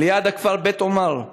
ליד הכפר בית-אומר.